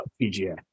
PGA